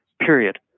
period